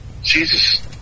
Jesus